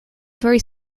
very